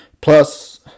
plus